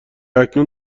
اکنون